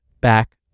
back